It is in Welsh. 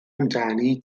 amdani